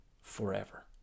forever